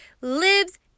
lives